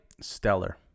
stellar